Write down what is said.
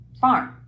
farm